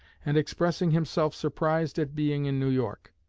and expressing himself surprised at being in new york.